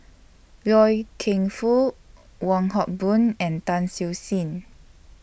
Loy Keng Foo Wong Hock Boon and Tan Siew Sin